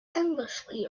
endlessly